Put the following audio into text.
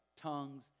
tongues